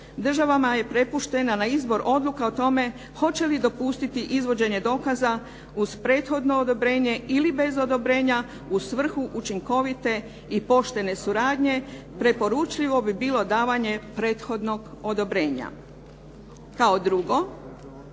državama je prepuštena na izbor odluka o tome hoće li dopustiti izvođenje dokaza uz prethodno odobrenje ili bez odobrenja u svrhu učinkovite i poštene suradnje. Preporučljivo bi bilo davanje prethodnog odobrenja. Kao drugo,